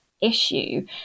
issue